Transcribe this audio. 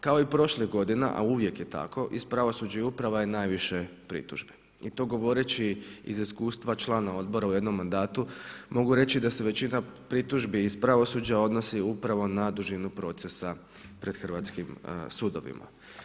Kao i prošlih godina a uvijek je tako iz pravosuđa i uprava je najviše pritužbi i to govoreći iz iskustva člana odbora u jednom mandatu mogu reći da se većina pritužbi iz pravosuđa odnosi upravo na dužinu procesa pred hrvatskim sudovima.